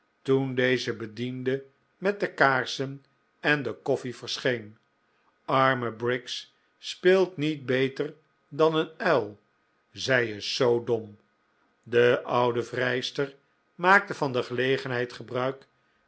toen deze bediende met de kaarsen en de koffie verscheen arme briggs speelt niet beter dan een uil zij is zoo dom de oude vrijster maakte van de gelegenheid gebruik